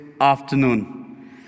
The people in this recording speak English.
afternoon